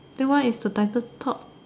that one is the title called